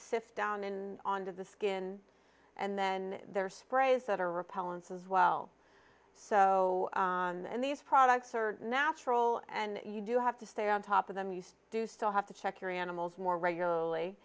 sift down and on to the skin and then there sprays that are repellants as well so and these products are natural and you do have to stay on top of them used to still have to check your animals more regularly